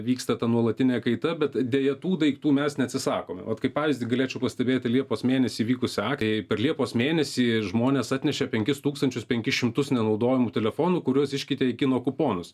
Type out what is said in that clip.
vyksta ta nuolatinė kaita bet deja tų daiktų mes neatsisakome ot kaip pavyzdį galėčiau pastebėti liepos mėnesį vykusią a per liepos mėnesį žmonės atnešė penkis tūkstančius penkis šimtus nenaudojamų telefonų kuriuos iškeitė į kino kuponus